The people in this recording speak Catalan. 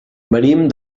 venim